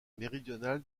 méridional